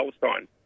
Palestine